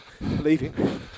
leaving